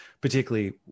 particularly